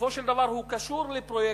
שבסופו של דבר הוא קשור לפרויקטים,